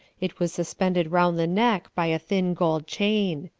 it was suspended round the neck by a thin gold chain.